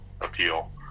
appeal